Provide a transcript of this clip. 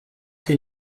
che